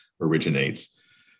originates